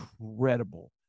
incredible